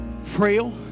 frail